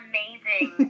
Amazing